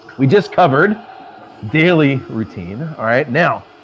we just covered daily routine. all right now,